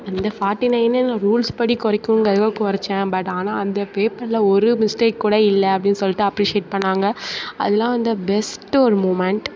இந்த forty nine rules படி குறைக்கிணுங்குறதுக்காக குறைச்சேன் பட் ஆனால் அந்த பேப்பரில் ஒரு மிஸ்ட்டேக் கூட இல்லை அப்படின்னு சொல்லிட்டு அப்ரிஷியேட் பண்ணிணாங்க அதெலாம் வந்து பெஸ்ட்டு ஒரு மூமன்ட்